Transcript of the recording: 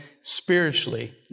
spiritually